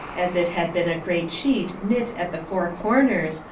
as it had been a great sheet knit at the four corners,